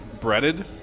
breaded